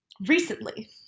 recently